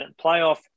playoff